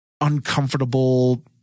uncomfortable